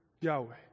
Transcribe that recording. Yahweh